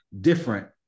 different